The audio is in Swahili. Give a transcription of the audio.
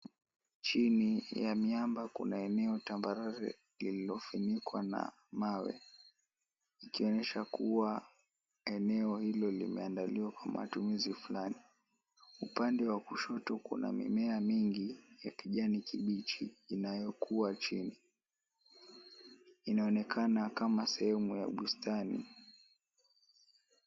Chini ya miamba kuna eneo tambarare iliyofunikwa na mawe ikionyesha kuwa eneo hilo limeandaliwa kwa matumizi fulani. Upande wa kushoto, kuna mimea mingi ya kijani kibichi inayokuwa chini inaonekana kama sehemu ya bustani.